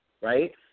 Right